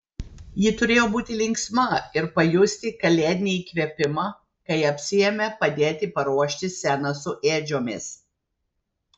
ji turėjo būti linksma ir pajusti kalėdinį įkvėpimą kai apsiėmė padėti paruošti sceną su ėdžiomis